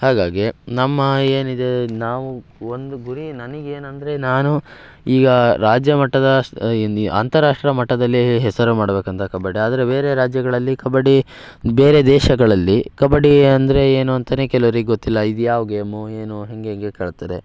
ಹಾಗಾಗಿ ನಮ್ಮ ಏನಿದೆ ನಾವು ಒಂದು ಗುರಿ ನನಗೆ ಏನಂದರೆ ನಾನು ಈಗ ರಾಜ್ಯಮಟ್ಟದ ಅಂತಾರಾಷ್ಟ್ರ ಮಟ್ಟದಲ್ಲಿ ಹೆಸರು ಮಾಡಬೇಕಂತ ಕಬಡ್ಡಿ ಆದರೆ ಬೇರೆ ರಾಜ್ಯಗಳಲ್ಲಿ ಕಬಡ್ಡಿ ಬೇರೆ ದೇಶಗಳಲ್ಲಿ ಕಬಡ್ಡಿ ಅಂದರೆ ಏನು ಅಂತಲೇ ಕೆಲವ್ರಿಗೆ ಗೊತ್ತಿಲ್ಲ ಇದು ಯಾವ ಗೇಮು ಏನು ಹೇಗೆ ಹಿಂಗೆ ಕೇಳ್ತಾರೆ